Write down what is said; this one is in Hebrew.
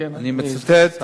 אני מצטט,